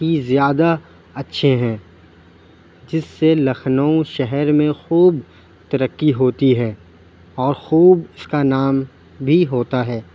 ہی زیادہ اچھے ہیں جس سے لکھنؤ شہر میں خوب ترقی ہوتی ہے اور خوب اس کا نام بھی ہوتا ہے